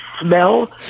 smell